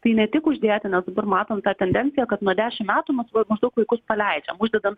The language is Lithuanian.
tai ne tik uždėti nes dabar matom tą tendenciją kad nuo dešimt metų mes va maždaug vaikus paleidžiam uždedant